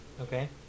Okay